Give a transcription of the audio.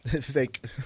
Fake